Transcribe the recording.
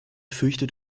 fürchtet